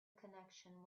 connection